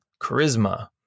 charisma